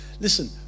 listen